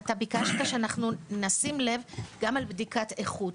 אתה ביקשת שאנחנו נשים לב גם על בדיקת איכות,